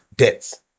Debts